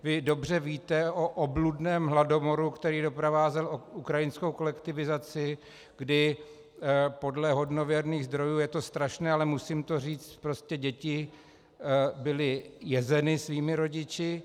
Vy dobře víte o obludném hladomoru, který doprovázel ukrajinskou kolektivizaci, kdy podle hodnověrných zdrojů, je to strašné, ale musím to říct, prostě děti byly jezeny svými rodiči.